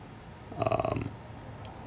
um